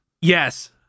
Yes